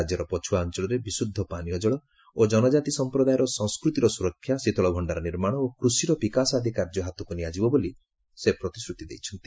ରାଜ୍ୟର ପଛୁଆ ଅଞ୍ଚଳରେ ବିଶୁଦ୍ଧ ପାନୀୟ ଜଳ ଓ ଜନଜାତି ସଂପ୍ରଦାୟର ସଂସ୍କୃତିର ସୁରକ୍ଷା ଶୀତଳ ଭଣ୍ଡାର ନିର୍ମାଣ ଓ କୃଷିର ବିକାଶ ଆଦି କାର୍ଯ୍ୟ ହାତକୁ ନିଆଯିବ ବୋଲି ପ୍ରତିଶ୍ରତି ଦେଇଛନ୍ତି